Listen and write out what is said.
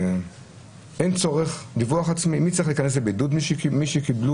דיווח עצמי אין צורך להיכנס לבידוד מי שקיבלו